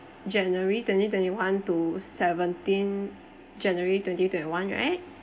january twenty twenty one to seventeen january twenty twenty one right